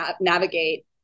navigate